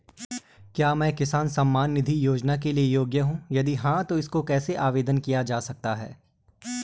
क्या मैं किसान सम्मान निधि योजना के लिए योग्य हूँ यदि हाँ तो इसको कैसे आवेदन किया जा सकता है?